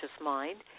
mind